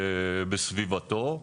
בסביבתו.